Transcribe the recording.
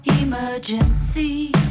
Emergency